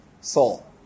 Saul